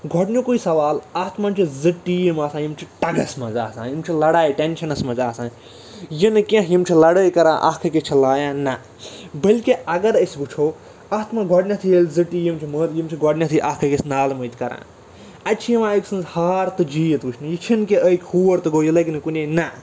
گۄڈٕنِکُے سوال اَتھ منٛز چھِ زٕ ٹیٖم آسان یِم چھِ ٹَگَس منٛز آسان یِم چھِ لَڑایہِ ٹٮ۪نشَنَس منٛز آسان یہِ نہٕ کیٚنٛہہ یِم چھِ لڑٲے کَران اَکھ أکِس چھِ لایان نہ بٔلکہِ اَگر أسۍ وُچھَو اَتھ منٛز گۄڈٕنٮ۪تھٕے ییٚلہِ زٕ ٹیٖم چھِ مگر یِم چھِ گۄڈٕنٮ۪تھٕے اَکھ أکِس نالہٕ مٔتۍ کران اَتہِ چھِ یِوان أکۍ سٕنٛز ہار تہٕ جیٖت وُچھنہٕ یہِ چھِنہٕ کہِ أکۍ ہوٗر تہٕ گوٚو یہِ لَگہِ نہٕ کُنے نہَ